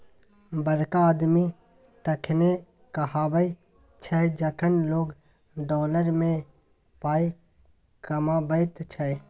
बड़का आदमी तखने कहाबै छै जखन लोक डॉलर मे पाय कमाबैत छै